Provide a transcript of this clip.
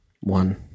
one